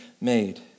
made